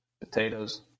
potatoes